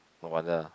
no wonder